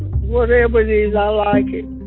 whatever it is, i like it